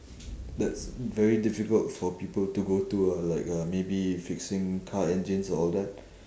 that's very difficult for people to go to ah like uh maybe fixing car engines all that